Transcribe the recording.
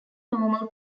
normal